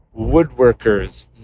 woodworkers